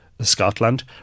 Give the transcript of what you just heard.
Scotland